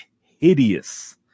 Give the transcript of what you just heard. hideous